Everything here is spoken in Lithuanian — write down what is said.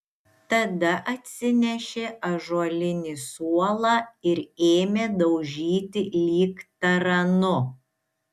tada atsinešė ąžuolinį suolą ir ėmė daužyti lyg taranu